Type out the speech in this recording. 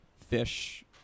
fish